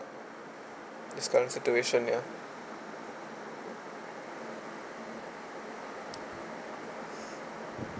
this current situation ya